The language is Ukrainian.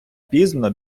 пізно